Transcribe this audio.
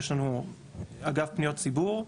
יש לנו אגף פניות ציבור,